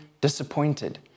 disappointed